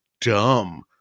dumb